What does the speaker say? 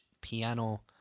piano